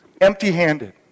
empty-handed